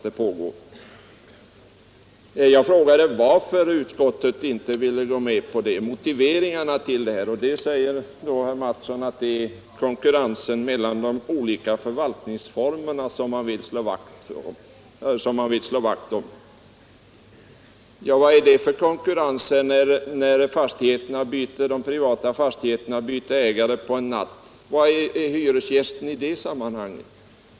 Jag frågade varför utskottet inte ville gå med på det kravet, jag frågade om motiveringen till det. Då säger herr Mattsson att det är konkurrensen mellan de olika förvaltningsformerna som utskottet vill slå vakt om. Men vad är det för konkurrens när de privata fastigheterna byter ägare på en natt? Var är hyresgästerna i det sammanhanget?